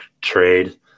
trade